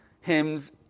hymns